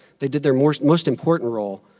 they did their most most important role,